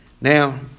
Now